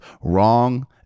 wrong